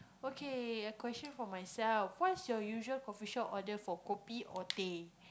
okay a question for myself what's your usual coffeeshop order for kopi or teh